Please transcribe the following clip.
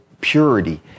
purity